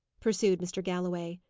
pursued mr. galloway.